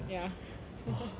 ya